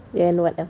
then what else